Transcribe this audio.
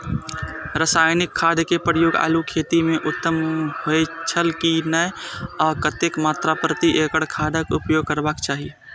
रासायनिक खाद के प्रयोग आलू खेती में उत्तम होय छल की नेय आ कतेक मात्रा प्रति एकड़ खादक उपयोग करबाक चाहि?